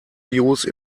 use